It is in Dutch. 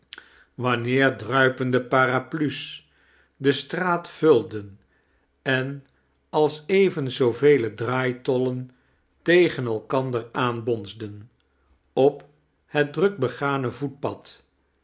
wanneer druipende paraplu's de straat vulden en als evenzoovele draaitollen tegen elkander aan bomsden op het druk begane voetpad